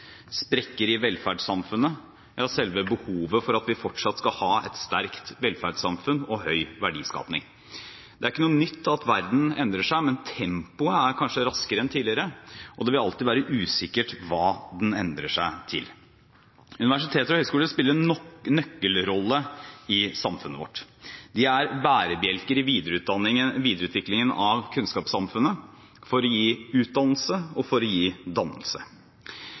sprekker i velferdssamfunnet – ja selve behovet for at vi fortsatt skal ha et sterkt velferdssamfunn og høy verdiskaping. Det er ikke noe nytt at verden endrer seg, men tempoet er kanskje raskere enn tidligere, og det vil alltid være usikkert hva den endrer seg til. Universiteter og høyskoler spiller en nøkkelrolle i samfunnet vårt. De er bærebjelker i videreutviklingen av kunnskapssamfunnet for å gi utdannelse og for å gi dannelse.